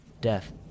Death